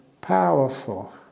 powerful